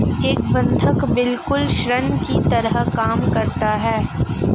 एक बंधक बिल्कुल ऋण की तरह काम करता है